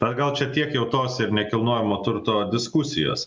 na gal čia tiek jau tos ir nekilnojamo turto diskusijos